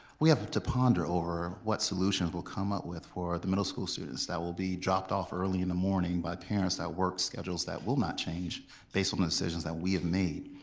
we have to ponder over what solutions we'll come up with for the middle school students that will be dropped off early in the morning by parents that work schedules that will not change based on the decisions that we have made.